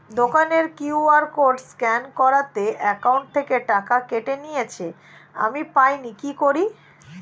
দোকানের QR code scan করাতে account থেকে টাকা কেটে নিয়েছে, আমি পাইনি কি করি?